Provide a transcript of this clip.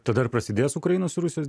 tada prasidės ukrainos rusijos